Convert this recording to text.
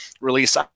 release